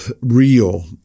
real